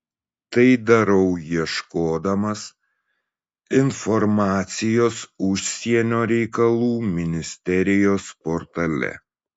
tai darau ieškodamas informacijos užsienio reikalų ministerijos portale